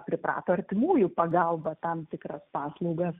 priprato artimųjų pagalba tam tikras paslaugas